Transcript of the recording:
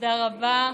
תודה רבה.